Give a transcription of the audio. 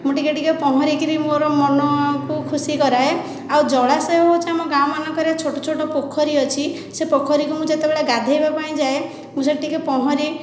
ମୁଁ ଟିକିଏ ଟିକିଏ ପହଁରିକରି ମୋର ମନକୁ ଖୁସି କରାଏ ଆଉ ଜଳାଶୟ ହେଉଛି ଆମ ଗାଁମାନଙ୍କରେ ଛୋଟ ଛୋଟ ପୋଖରୀ ଅଛି ସେ ପୋଖରୀକୁ ମୁଁ ଯେତେବେଳେ ଗାଧୋଇବାପାଇଁ ଯାଏ ମୁଁ ସେଠି ଟିକିଏ ପହଁରେ